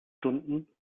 stunden